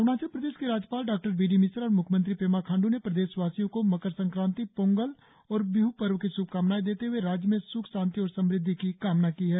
अरुणाचल प्रदेश के राज्यपाल डॉ बी डी मिश्रा और मुख्यमंत्री पेमा खांडू ने भी प्रदेश वासियों को मकर संक्रांति पोंगल और बिह पर्व की शुभकामनाएं देते हुए राज्य में सुख शांति और समृद्धि की कामना की है